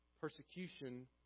Persecution